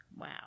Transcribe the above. Wow